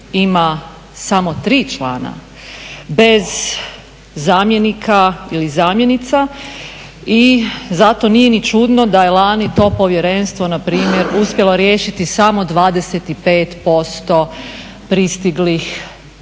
ima samo tri člana bez zamjenika ili zamjenica i zato nije ni čudno da je lani to povjerenstvo npr. uspjelo riješiti samo 25% pristiglih